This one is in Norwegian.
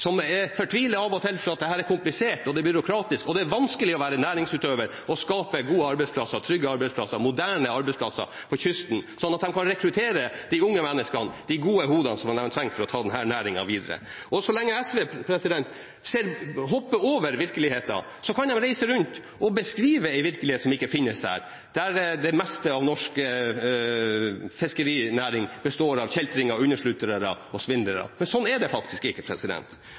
foreligger, som fortviler av og til fordi dette er komplisert og byråkratisk. Det er vanskelig å være næringsutøver og skape gode arbeidsplasser, trygge arbeidsplasser, moderne arbeidsplasser på kysten, sånn at man kan rekruttere de unge menneskene, de gode hodene som man trenger for å ta denne næringen videre. Så lenge SV hopper over virkeligheten, kan de reise rundt og beskrive en virkelighet som ikke finnes, der det meste av norsk fiskerinæring består av kjeltringer, unnasluntrere og svindlere. Men sånn er det faktisk ikke.